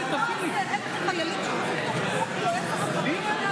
טוב, חברים,